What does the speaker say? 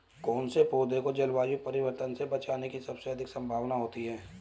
कौन से पौधे को जलवायु परिवर्तन से बचने की सबसे अधिक संभावना होती है?